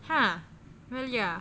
ah really ah